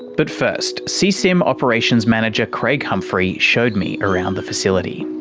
but first, seasim operations manager craig humphrey showed me around the facility.